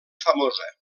famosa